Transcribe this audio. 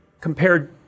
compared